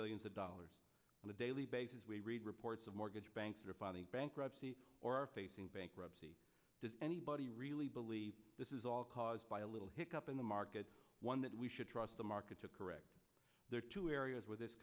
billions of dollars on a daily basis we read reports of mortgage banker funny bankruptcy or facing bankruptcy does anybody really believe this is all caused by a little hick up in the market one that we should trust the market to correct their two areas with this